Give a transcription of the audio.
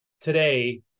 today